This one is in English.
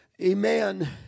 amen